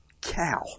cow